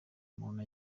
umuntu